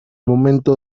momento